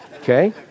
Okay